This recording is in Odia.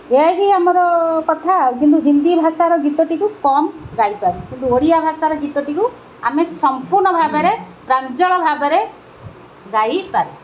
ଏହା ହିଁ ଆମର କଥା ଆଉ କିନ୍ତୁ ହିନ୍ଦୀ ଭାଷାର ଗୀତଟିକୁ କମ୍ ଗାଇପାରୁ କିନ୍ତୁ ଓଡ଼ିଆ ଭାଷାର ଗୀତଟିକୁ ଆମେ ସମ୍ପୂର୍ଣ୍ଣ ଭାବରେ ପ୍ରାଞ୍ଜଳ ଭାବରେ ଗାଇପାରୁ